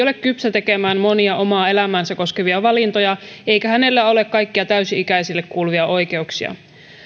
ole kypsä tekemään monia omaa elämäänsä koskevia valintoja eikä hänellä ole kaikkia täysi ikäisille kuuluvia oikeuksia